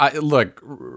look